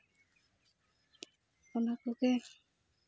ᱚᱱᱟ ᱠᱚᱜᱮ